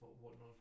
whatnot